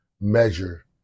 measure